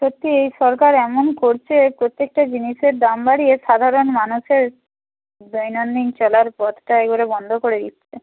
সত্যি এই সরকার এমন করছে প্রত্যেকটা জিনিসের দাম বাড়িয়ে সাধারণ মানুষের দৈনন্দিন চলার পথটা একবারে বন্ধ করে দিচ্ছে